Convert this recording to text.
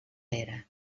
era